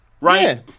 right